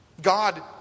God